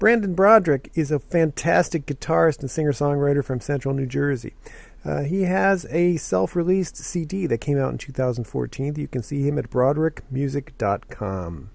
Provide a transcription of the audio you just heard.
brandon broderick is a fantastic guitarist and singer songwriter from central new jersey he has a self released cd that came out in two thousand and fourteen if you can see him at broderick music dot com